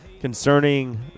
concerning